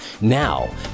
now